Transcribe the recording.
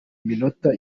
minota